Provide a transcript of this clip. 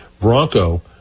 Bronco